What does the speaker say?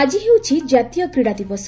ଆଜି ହେଉଛି ଜାତୀୟ କ୍ରୀଡ଼ା ଦିବସ